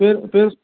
பேர் பேர்